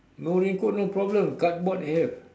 no raincoat no problem cardboard have